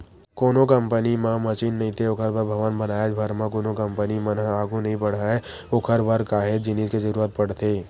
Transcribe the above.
कोनो कंपनी म मसीन नइते ओखर बर भवन बनाएच भर म कोनो कंपनी मन ह आघू नइ बड़हय ओखर बर काहेच जिनिस के जरुरत पड़थे